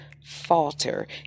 falter